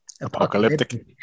apocalyptic